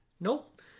Nope